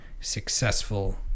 successful